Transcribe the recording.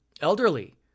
elderly